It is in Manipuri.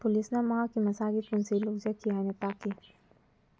ꯄꯨꯂꯤꯁꯅ ꯃꯍꯥꯛꯀꯤ ꯃꯁꯥꯒꯤ ꯄꯨꯟꯁꯤ ꯂꯧꯖꯈꯤ ꯍꯥꯏꯅ ꯇꯥꯛꯈꯤ